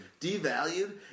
devalued